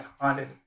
haunted